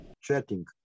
Chatting